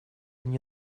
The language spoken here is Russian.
мне